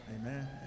Amen